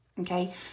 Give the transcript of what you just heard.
Okay